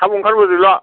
थाब ओंखारबोदोल'